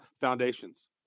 foundations